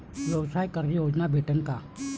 व्यवसाय कर्ज योजना भेटेन का?